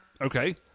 Okay